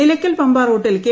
നിലയ്ക്കൽ പമ്പ റൂട്ടിൽ കെ